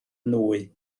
nwy